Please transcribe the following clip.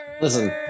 Listen